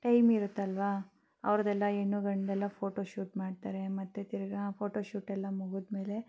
time ಇರುತ್ತಲ್ಲವಾ ಅವ್ರದ್ದೆಲ್ಲ ಹೆಣ್ಣು ಗಂಡ್ದೆಲ್ಲ ಫೋಟೋಶೂಟ್ ಮಾಡ್ತಾರೆ ಮತ್ತು ತಿರ್ಗಿ ಫೋಟೋಶೂಟೆಲ್ಲ ಮುಗಿದ್ಮೇಲೆ